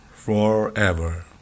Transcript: Forever